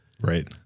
Right